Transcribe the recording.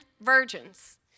virgins